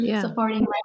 supporting